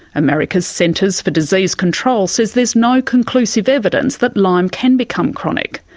america's centers for disease control says there's no conclusive evidence that lyme can become chronic.